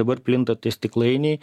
dabar plinta tie stiklainiai